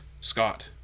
Scott